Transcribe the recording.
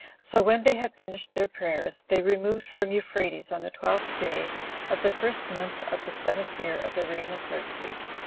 so when they had finished their prayers, they removed from euphrates on the twelfth day of the first month of the seventh year of the reign of xerxes,